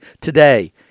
today